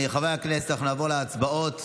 חברי הכנסת, אנחנו נעבור להצבעות.